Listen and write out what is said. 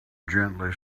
gently